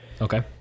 okay